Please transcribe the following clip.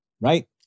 right